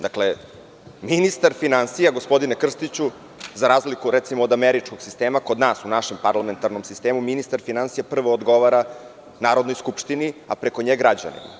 Dakle ministar finansija, gospodine Krstiću, za razliku od američkog sistema kod nas u našem parlamentarnom sistemu, ministar finansija prvo odgovara Narodnoj skupštini, a preko nje građanima.